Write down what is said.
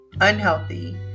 unhealthy